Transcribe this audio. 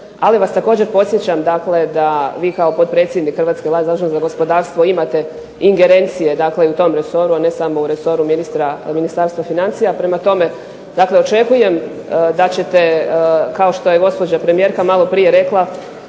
ali vas također podsjećam dakle da vi kao potpredsjednik hrvatske Vlade zadužen za gospodarstvo imate ingerencije i u tom resoru, a ne samo u resoru ministarstva financija. Prema tome, dakle očekujem da ćete kao što je gospođa premijerka maloprije rekla,